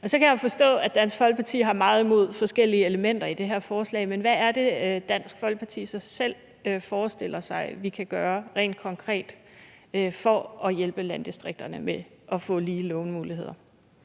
Så kan jeg jo forstå, at Dansk Folkeparti har meget imod forskellige elementer i det her forslag, men hvad er det, Dansk Folkeparti så forestiller sig, at vi rent konkret kan gøre for at hjælpe landdistrikterne med at få lige lånemuligheder?